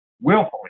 willfully